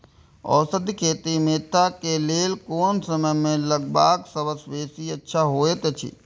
औषधि खेती मेंथा के लेल कोन समय में लगवाक सबसँ बेसी अच्छा होयत अछि?